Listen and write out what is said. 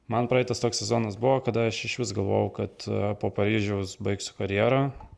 man praeitas toks sezonas buvo kada aš išvis galvojau kad po paryžiaus baigsiu karjerą